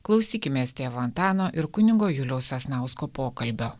klausykimės tėvo antano ir kunigo juliaus sasnausko pokalbio